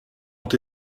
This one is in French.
ont